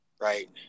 Right